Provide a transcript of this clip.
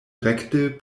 rekte